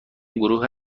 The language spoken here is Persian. گروه